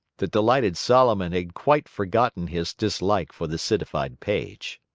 the delighted solomon had quite forgotten his dislike for the citified paige.